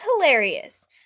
Hilarious